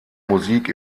musik